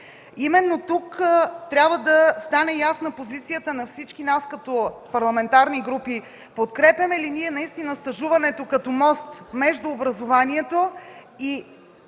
Именно тук трябва да стане ясна позицията на всички парламентарни групи – подкрепяме ли стажуването като мост между образованието и